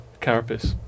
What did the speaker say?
carapace